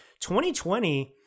2020